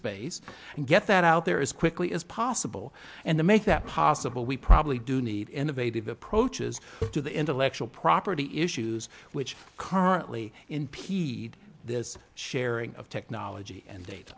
space and get that out there as quickly as possible and to make that possible we probably do need innovative approaches to the intellectual property issues which are currently in p this sharing of technology and dat